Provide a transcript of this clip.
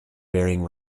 bearing